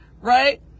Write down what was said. right